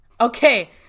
Okay